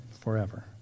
forever